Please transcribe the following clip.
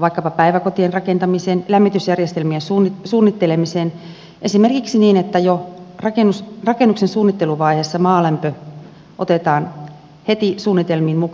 vaikkapa päiväkotien rakentamiseen lämmitysjärjestelmien suunnittelemiseen esimerkiksi niin että jo rakennuksen suunnitteluvaiheessa maalämpö otetaan heti suunnitelmiin mukaan